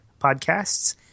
podcasts